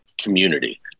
community